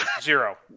Zero